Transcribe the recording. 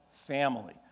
family